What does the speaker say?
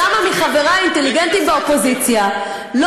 כמה מחברי האינטליגנטיים באופוזיציה לא